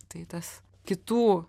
tai tas kitų